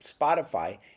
Spotify